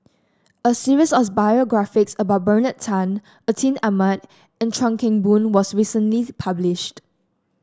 a series of biographies about Bernard Tan Atin Amat and Chuan Keng Boon was recently published